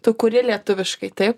tu kuri lietuviškai taip